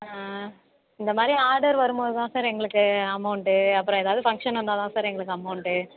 இந்த மாதிரி ஆர்டர் வரும் போது தான் சார் எங்களுக்கு அமௌண்ட்டு அப்புறம் எதாவது ஃபங்க்ஷன் வந்தால் தான் சார் எங்களுக்கு அமௌண்ட்டு